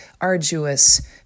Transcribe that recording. arduous